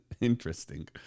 interesting